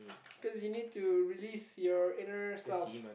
cause you need to release your inner self